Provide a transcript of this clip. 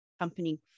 company